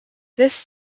this